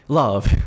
love